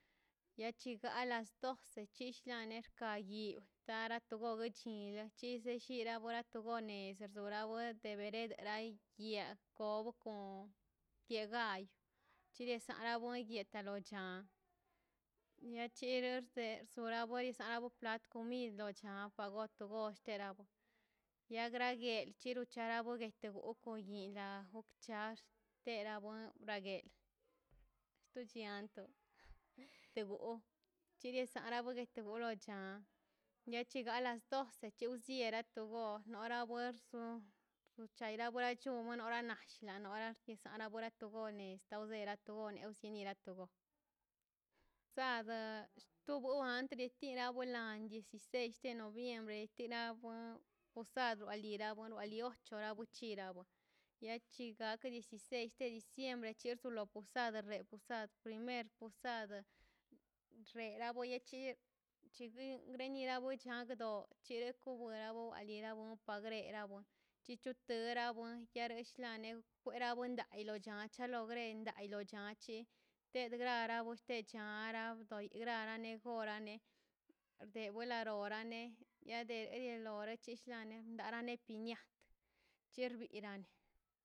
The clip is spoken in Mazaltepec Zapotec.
Lechiga las doce chisiane rka in guini gun chin tiaboroto gonen ner sadore de bereda lat eitian tob kon tiegan chira sanagon yetara chan niachirar de suare dersan ago plat comid dochangwa gotgo chllia riabodia graguench kiaro chago yade teoko yin da jokcha tera gon grackgue estudianto tebo tira sabo ague telobo chan niache galas doce chiw si viera tu go wara goxso gonchabra gara chun komo nora nagsha na nora tisan na bora tidon de estado tugon unsira togon sase xtubo anteretira boland diciseis de noviembre novienti na usad wa lio wulia no ba lio chora bachuila ya chigar dieciseis mer posada rewarachi chiguin reida la buchangdo chorak lova o alinda wo o agrera on chichar grera won diale shlan wen fuera bondadle lo chanchele logre lendailo gran che te grara awich te chara toi grara ne gora ne de voladora ne ya de lore chilldane dara ne piña cherbidane